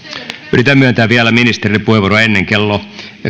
yritän myöntää ministerille vielä puheenvuoron ennen kello